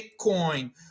Bitcoin